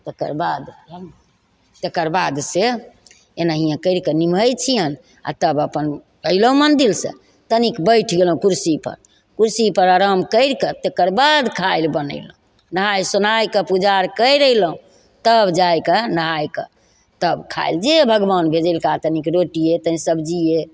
तकर बाद हम तकर बाद से एनाहिये करिकऽ निमहै छियनि आओर तब अपन अइलहुँ मन्दिरसँ तनिक बैठ गेलहुँ कुरसी पर कुरसी पर आराम करिकऽ तकर बाद खाइ लए बनेलहुँ नहाइ सोनाइ कऽ पूजा आर करि अयलहुँ तब जाकऽ नहाकऽ तब खाइल जे भगवान भेजेलका तनिक रोटीये तनि सब्जिये